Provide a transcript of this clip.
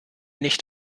nicht